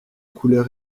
couleur